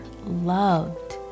loved